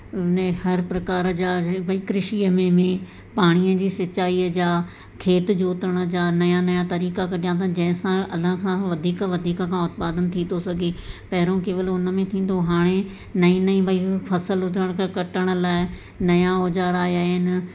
उन हर प्रकार जा भई कृषिअ में बि पाणीअ जी सिचाईअ जा खेत जोतण जा नया नया तरीक़ा कढिया अथनि जंहिंसां अला खां वधीक वधीक खां उत्पादन थी थो सघे पहिरों केवल उन में थींदो हाणे नईं नईं भई फसल हुजण खे कटण लाइ नया औज़ार आयां आहिनि